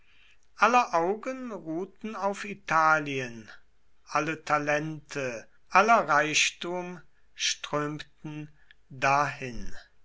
aller augen ruhten auf italien alle talente aller reichtum strömten dahin